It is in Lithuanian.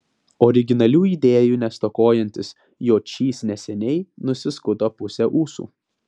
originalių idėjų nestokojantis jočys neseniai nusiskuto pusę ūsų